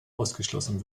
ausgeschlossen